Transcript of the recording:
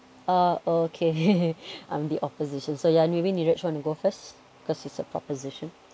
ah okay I'm the opposition so yeah maybe niraj want to go first because he's the proposition